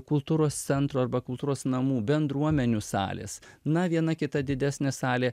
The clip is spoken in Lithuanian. kultūros centrų arba kultūros namų bendruomenių salės na viena kita didesnė salė